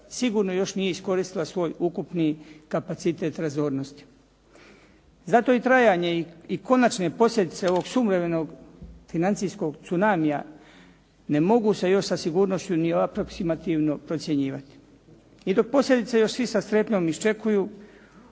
sigurno još nije iskoristila svoj ukupni kapacitet razornosti. Zato i trajanje i konačne posljedice ovog suvremenog financijskog tsunamija ne mogu se još sa sigurnošću ni aproksimativno procjenjivati. I dok posljedice još svi sa strpnjom iščekuju,